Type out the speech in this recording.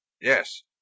Yes